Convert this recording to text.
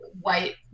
white